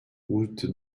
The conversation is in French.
route